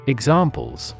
Examples